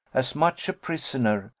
as much a prisoner,